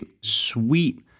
sweet